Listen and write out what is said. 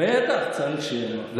בטח שצריך שיהיה לנו נוח.